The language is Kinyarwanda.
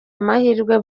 amahirwe